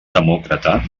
demòcrata